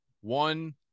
One